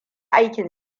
aikin